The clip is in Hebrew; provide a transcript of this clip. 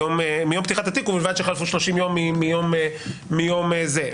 ובלבד שחלפו 30 יום מיום זה.